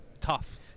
tough